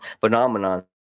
phenomenon